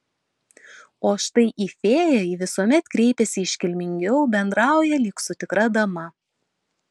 o štai į fėją ji visuomet kreipiasi iškilmingiau bendrauja lyg su tikra dama